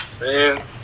Man